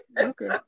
Okay